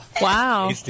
Wow